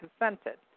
consented